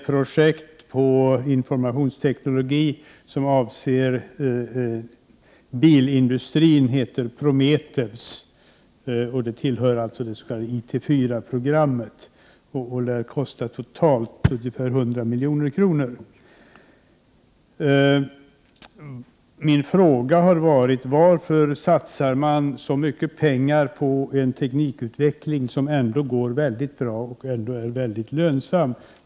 Projektet om informationsteknologi som avser bilindustrin kallas Prometheus och tillhör det s.k. IT 4-programmet och lär kosta totalt ungefär 100 milj.kr. Min fråga är då varför man satsar så mycket pengar på en teknikutveckling som ändå går mycket bra och är mycket lönsam.